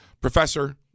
Professor